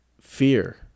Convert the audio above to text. fear